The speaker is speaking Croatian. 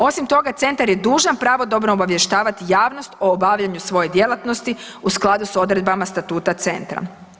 Osim toga, centar je dužan pravodobno obavještavati javnost o obavljanju svoje djelatnosti u skladu s odredbama statuta centra.